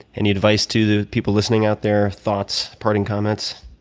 any advice to the people listening out there thoughts, parting comments?